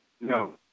No